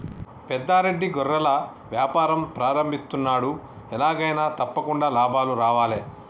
పెద్ద రెడ్డి గొర్రెల వ్యాపారం ప్రారంభిస్తున్నాడు, ఎలాగైనా తప్పకుండా లాభాలు రావాలే